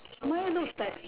mine looks like